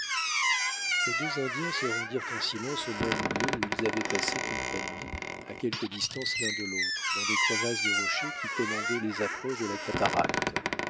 les deux indiens se rendirent en silence au même lieu où ils avaient passé toute la nuit à quelque distance l'un de l'autre dans des crevasses de rochers qui commandaient les approches de la cataracte